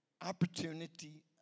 opportunity